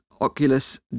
Oculus